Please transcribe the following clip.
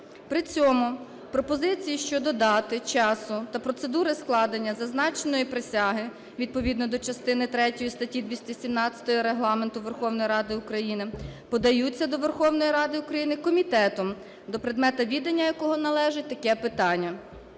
При цьому пропозиції щодо дати, часу та процедури складення зазначеної присяги, відповідно до частини третьої статті 217 Регламенту Верховної Ради України, подаються до Верховної Ради України комітетом, до предмета відання якого належить таке питання.